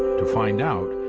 to find out,